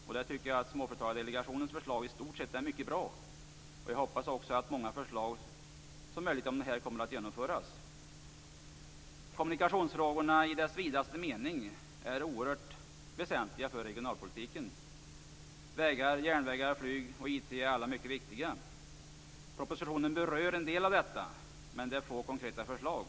Där tycker jag att Småföretagardelegationens förslag i stort sett är mycket bra, och jag hoppas att så många förslag som möjligt av dessa kommer att genomföras. Kommunikationsfrågorna i deras vidaste mening är oerhört viktiga för regionalpolitiken. Vägar, järnvägar, flyg och IT är alla mycket väsentliga. Propositionen berör en del av detta, men den innehåller få konkreta förslag.